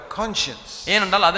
conscience